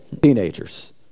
Teenagers